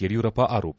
ಯಡಿಯೂರಪ್ಪ ಆರೋಪ